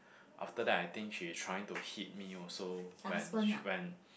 after that I think she trying to hit me also when she when